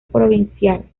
provincial